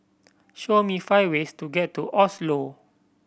show me five ways to get to Oslo